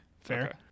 Fair